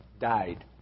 died